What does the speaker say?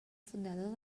fundador